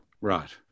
Right